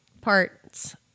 parts